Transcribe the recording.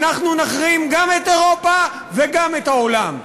אנחנו נחרים גם את אירופה וגם את העולם.